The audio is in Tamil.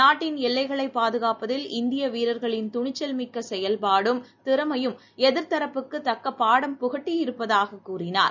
நாட்டின் எல்லைகளைபாதுகாப்பதில் இந்தியவீரர்களின் துணிச்சல் மிக்கசெயல்பாடும் திறமையும் எதிர் தரப்புக்குதக்கபாடம் புகட்டியிருப்பதாககூறினார்